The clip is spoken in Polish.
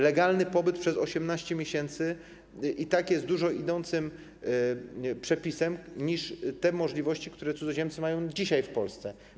Legalny pobyt przez 18 miesięcy i tak jest daleko idącym przepisem, jeżeli chodzi o możliwości, które cudzoziemcy mają dzisiaj w Polsce.